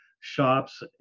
shops